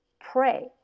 pray